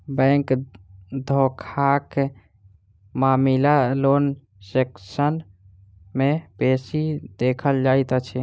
bank धोखाक मामिला loan section मे बेसी देखल जाइत अछि